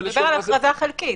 מדובר על הכרזה חלקית.